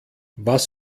was